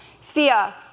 Fear